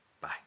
Bye